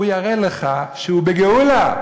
הוא יראה לך שהוא בגאולה,